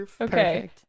Okay